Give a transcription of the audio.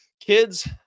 Kids